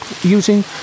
using